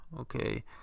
okay